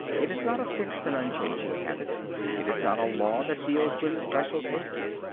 it is not a fixed and unchanging habit it is not a law that deals with special cases.